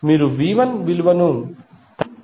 మీరు V 1 విలువను 33